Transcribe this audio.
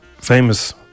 famous